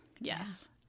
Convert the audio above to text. Yes